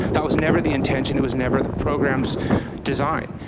that was never the intention, it was never the program's design.